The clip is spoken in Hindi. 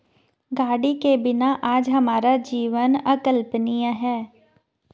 गाड़ी के बिना आज हमारा जीवन अकल्पनीय है